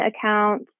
account